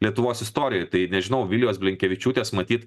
lietuvos istorijoj tai nežinau vilijos blinkevičiūtės matyt